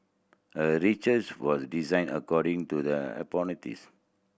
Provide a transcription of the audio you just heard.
a research was designed according to the hypothesis